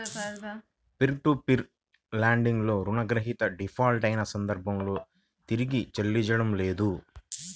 peer to peer lending లో రుణగ్రహీత default అయిన సందర్భంలో తిరిగి చెల్లించడం లేదు